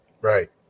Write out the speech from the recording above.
right